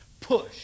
push